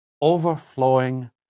overflowing